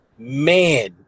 Man